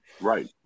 right